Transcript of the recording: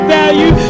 value